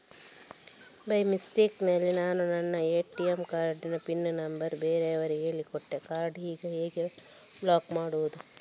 By mistake ನಲ್ಲಿ ನಾನು ನನ್ನ ಎ.ಟಿ.ಎಂ ಕಾರ್ಡ್ ನ ಪಿನ್ ನಂಬರ್ ಬೇರೆಯವರಿಗೆ ಹೇಳಿಕೊಟ್ಟೆ ಕಾರ್ಡನ್ನು ಈಗ ಹೇಗೆ ಬ್ಲಾಕ್ ಮಾಡುವುದು?